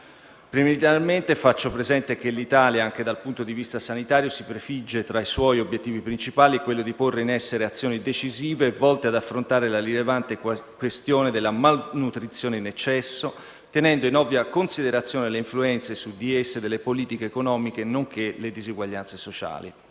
Preliminarmente, faccio presente che l'Italia, anche dal punto di vista sanitario, si prefigge, tra i suoi obiettivi principali, quello di porre in essere azioni decisive volte ad affrontare la rilevante questione della malnutrizione in eccesso, tenendo in ovvia considerazione le influenze su di esse delle politiche economiche nonché le disuguaglianze sociali.